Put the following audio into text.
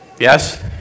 Yes